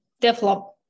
develop